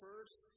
First